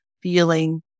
feeling